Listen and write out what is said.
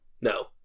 no